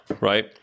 right